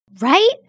Right